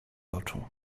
oczu